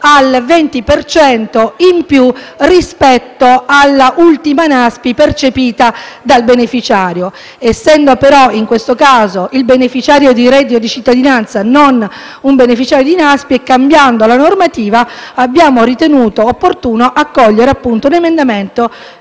cento in più rispetto all'ultima NASPI percepita dal beneficiario. Essendo però, in questo caso, il beneficiario del reddito di cittadinanza non un beneficiario di NASPI e cambiando la normativa, abbiamo ritenuto opportuno accogliere l'emendamento